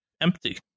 empty